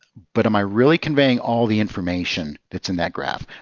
but am i really conveying all the information that's in that graph?